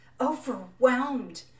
overwhelmed